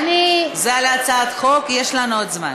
זה על הצעת החוק, יש לנו עוד זמן.